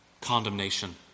condemnation